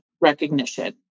recognition